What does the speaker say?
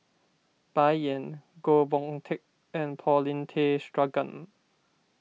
Bai Yan Goh Boon Teck and Paulin Tay Straughan